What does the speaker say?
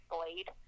Blade